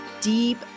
deep